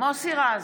מוסי רז,